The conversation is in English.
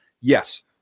Yes